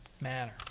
manner